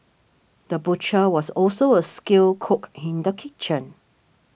the butcher was also a skilled cook in the kitchen